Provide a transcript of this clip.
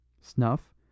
Snuff